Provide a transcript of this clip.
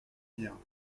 vient